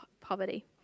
poverty